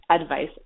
advice